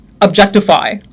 objectify